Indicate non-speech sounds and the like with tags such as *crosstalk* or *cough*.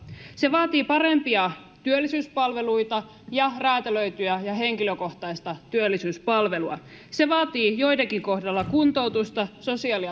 se vaatii parempia työllisyyspalveluita ja räätälöityä ja henkilökohtaista työllisyyspalvelua se vaatii joidenkin kohdalla kuntoutusta sosiaali *unintelligible*